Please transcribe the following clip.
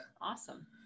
Awesome